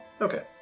Okay